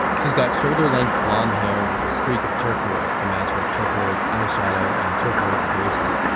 she's got shoulder-length blond hair with a streak of turquoise to match her turquoise eye shadow and turquoise bracelet.